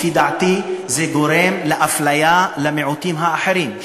לפי דעתי זה גורם לאפליה של המיעוטים האחרים,